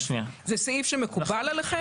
זה 8ב. 8ב זה סעיף שמקובל עליכם?